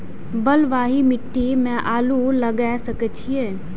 बलवाही मिट्टी में आलू लागय सके छीये?